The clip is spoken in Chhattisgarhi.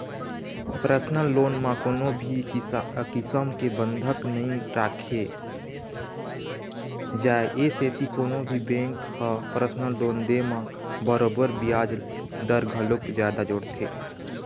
परसनल लोन म कोनो भी किसम के बंधक नइ राखे जाए ए सेती कोनो भी बेंक ह परसनल लोन दे म बरोबर बियाज दर घलोक जादा जोड़थे